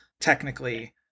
technically